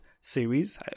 series